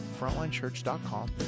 frontlinechurch.com